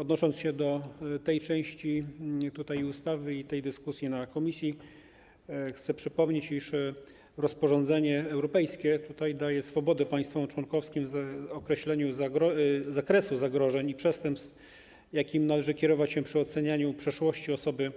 Odnosząc się do tej części ustawy i tej dyskusji w komisji, chcę przypomnieć, iż rozporządzenie europejskie daje swobodę państwom członkowskim w określaniu zakresu zagrożeń i przestępstw, jakim należy kierować się przy ocenianiu przeszłości osoby